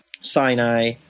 Sinai